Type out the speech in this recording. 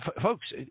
folks